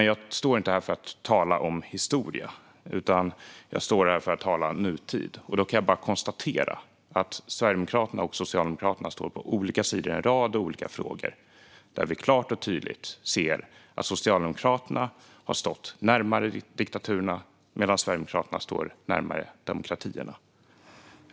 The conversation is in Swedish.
Jag står dock inte här för att tala om historia, utan jag står här för att tala om nutid. Jag kan konstatera att Sverigedemokraterna och Socialdemokraterna står på olika sidor i en rad olika frågor. Vi kan klart och tydligt se att Socialdemokraterna har stått närmare diktaturerna, medan Sverigedemokraterna står närmare demokratierna.